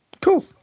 cool